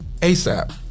ASAP